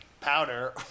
powder